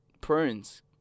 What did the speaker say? prunes